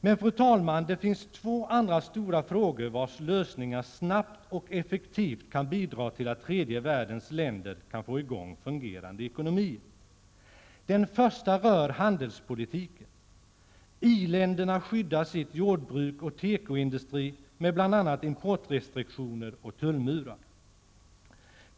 Fru talman! Det finns två andra stora frågor vars lösningar snabbt och effektivt kan bidra till att tredje världens länder kan få i gång fungerande ekonomier. Den första rör handelspolitiken. I-länderna skyddar sitt jordbruk och sin tekoindustri med bl.a. importrestriktioner och tullmurar.